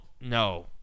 no